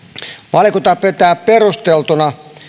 valiokunta pitää perusteltuna